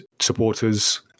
supporters